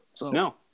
No